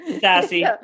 sassy